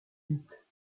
dites